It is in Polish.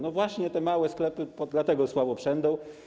No właśnie te małe sklepy dlatego słabo przędą.